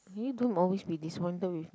can you don't always be disappointed with me